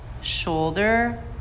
shoulder